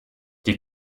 die